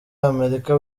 amerika